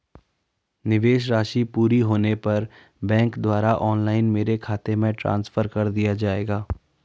निवेश राशि पूरी होने पर बैंक द्वारा ऑनलाइन मेरे खाते में ट्रांसफर कर दिया जाएगा?